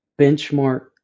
benchmark